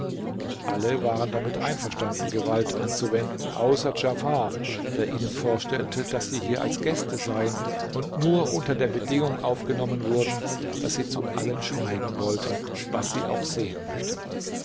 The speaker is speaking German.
alle waren damit einverstanden gewalt anzuwenden außer djafar der ihnen vorstellte daß sie hier als gäste seien und nur unter der bedingung aufgenommen wurden daß sie zu allem schweigen wollten was sie auch sehen möchten